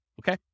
okay